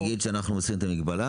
אני שואל: נגיד שאנחנו נוסיף את המגבלה,